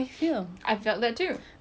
being in like work